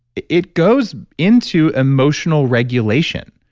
it it goes into emotional regulation.